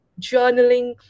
journaling